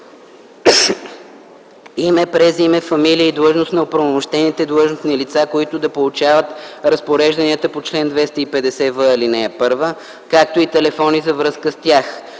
име, презиме, фамилия и длъжност на оправомощените длъжностни лица, които да получават разпорежданията по чл. 250в, ал. 1, както и телефони за връзка с тях;